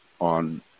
on